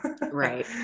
Right